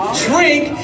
drink